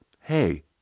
hey